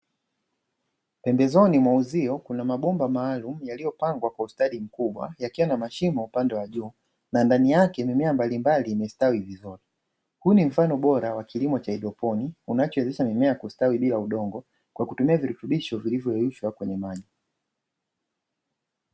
Pembezoni mwa uzio kuna mabomba maalumu yaliyopangwa kwa ustadi mkubwa yakiwa na mashimo upande wa juu na ndani yake mimea mbalimbali imestawi vizuri. Huu ni mfano bora wa kilimo cha hydroponi unachowezesha mimea kustawi bila udongo kwa kutumia virutubisho vilivyoyeyushwa kwenye maji.